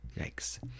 Yikes